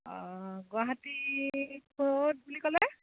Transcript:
অঁ গুৱাহাটী ক'ত বুলি ক'লে